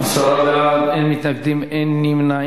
עשרה בעד, אין מתנגדים, אין נמנעים.